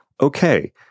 Okay